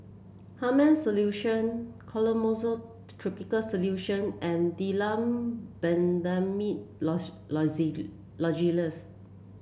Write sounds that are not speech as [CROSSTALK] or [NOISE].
Hartman's Solution Clotrimozole topical solution and Difflam Benzydamine [UNINTELLIGIBLE] Lozenges